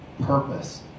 purpose